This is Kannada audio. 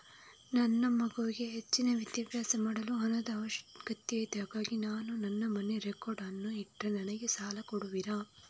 ನನ್ನ ಮಗನಿಗೆ ಹೆಚ್ಚಿನ ವಿದ್ಯಾಭ್ಯಾಸ ಮಾಡಲು ಹಣದ ಅಗತ್ಯ ಇದೆ ಹಾಗಾಗಿ ನಾನು ನನ್ನ ಮನೆಯ ರೆಕಾರ್ಡ್ಸ್ ಅನ್ನು ಇಟ್ರೆ ನನಗೆ ಸಾಲ ಕೊಡುವಿರಾ?